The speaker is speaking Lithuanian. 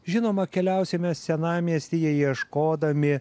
žinoma keliausime senamiestyje ieškodami